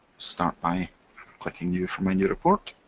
start by clicking new from a new report.